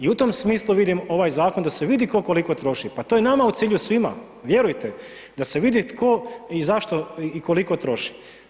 I u tom smislu vidim ovaj zakon da se vidi ko koliko troši, pa to je nama u cilju svima, vjerujte da se vidi tko i zašto i koliko troši.